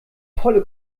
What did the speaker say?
volle